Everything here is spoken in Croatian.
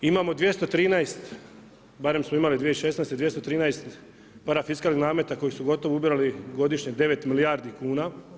Imamo 213, barem smo imali 2016., 213 parafiskalnih nameta koji su gotovo ubirali godišnje 9 milijardi kuna.